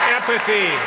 Empathy